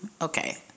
Okay